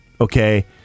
okay